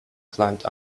climbed